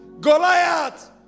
Goliath